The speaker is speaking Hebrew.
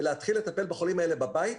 ולהתחיל לטפל בחולים האלה בבית,